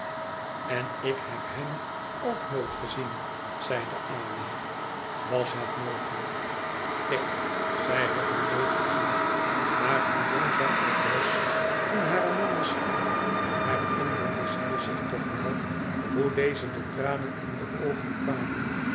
en ik heb hem ook nooit gezien zeide ada was het mogelijk neen zij had hem nooit gezien maar hoe jong zij ook was toen hare mama stierf herinnerde zij zich toch wel hoe deze de tranen in de oogen kwamen